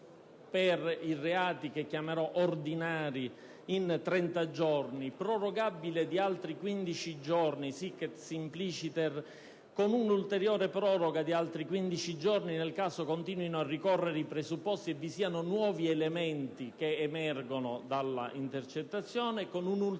la durata viene fissata in 30 giorni, prorogabile di altri 15 giorni *sic et simpliciter*, con un'ulteriore proroga di altri 15 giorni nel caso continuino a ricorrere i presupposti e, ove vi siano nuovi elementi che emergono dalla intercettazione, con un'ulteriore